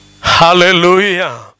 hallelujah